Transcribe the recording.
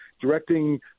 directing